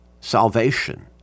salvation